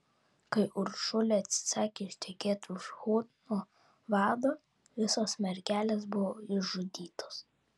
kai uršulė atsisakė ištekėti už hunų vado visos mergelės buvo išžudytos